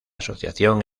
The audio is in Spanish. asociación